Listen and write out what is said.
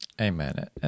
Amen